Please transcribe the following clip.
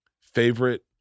favorite